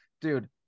Dude